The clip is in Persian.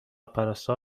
پرستار